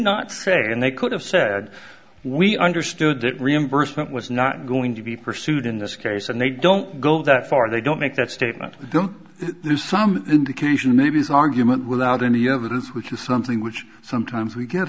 not and they could have said we understood that reimbursement was not going to be pursued in this case and they don't go that far they don't make that statement don't do some indication that his argument without any evidence which is something which sometimes we get